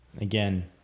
Again